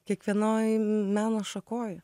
kiekvienoj meno šakoj